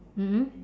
mm mm